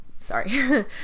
Sorry